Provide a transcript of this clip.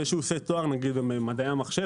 אחרי שהוא עושה תואר נגיד במדעי המחשב